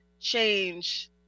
change